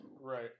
Right